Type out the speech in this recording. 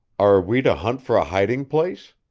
are we to hunt for a hiding-place?